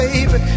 Baby